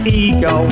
ego